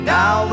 Now